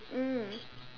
mm